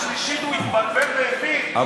לבין השלישית הוא התבלבל והבין שהוא טעה,